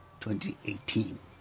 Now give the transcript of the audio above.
2018